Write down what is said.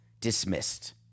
dismissed